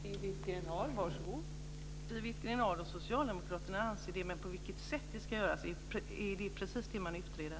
Fru talman! Siw Wittgren-Ahl och socialdemokraterna anser det. Men på vilket sätt det ska göras är precis det man utreder.